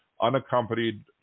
unaccompanied